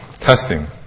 testing